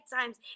times